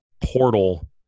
portal